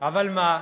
אבל מה?